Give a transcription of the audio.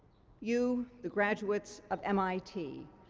you, the graduates of mit,